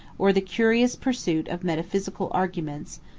or the curious pursuit of metaphysical arguments,